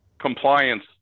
compliance